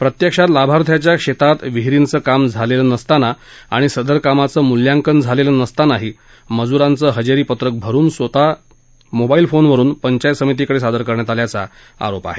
प्रत्यक्षात लाभार्थ्यांच्या शेतात विहीरींचं काम झालेलं नसतांना आणि सदर कामाचं मूल्यांकन झालेलं नसतांना मजूरांचं हजेरी पत्रक भरुन त्याचं स्वतःच्या मोबाईल वरुन पंचायत समितीकउे सादर करण्यात आल्याचा आरोप आहे